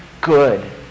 good